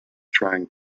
trying